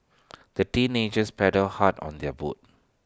the teenagers paddled hard on their boat